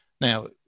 Now